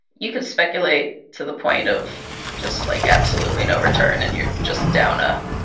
you can speculate to the point of just like absolutely no return. and you're just down a.